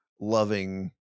loving